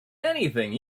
anything